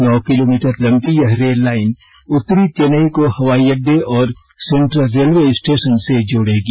नौ kilometre लम्बी यह rail line उत्तरी चेन्नई को हवाई अड्डे और सेंट्रल रेलवे स्टेशन से जोड़ेगी